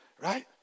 Right